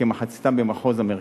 כמחציתם במחוז המרכז.